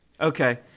Okay